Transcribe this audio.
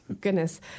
goodness